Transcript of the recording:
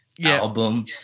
album